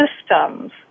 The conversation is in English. systems